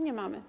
Nie mamy.